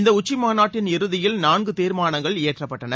இந்தஉச்சிமாநாட்டின் இறுதியில் நான்குதீர்மானங்கள் இயற்றப்பட்டன